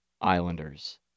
Islanders